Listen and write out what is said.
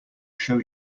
show